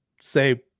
say